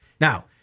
Now